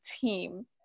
team